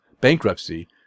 bankruptcy